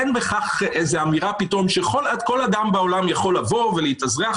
אין בכך אמירה שכל אדם בעולם יכול לבוא ולהתאזרח